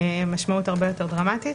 ויש לזה משמעות הרבה יותר דרמטית.